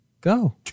Go